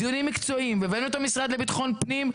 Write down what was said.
דיונים מקצועיים, והבאנו את המשרד לביטחון פנים.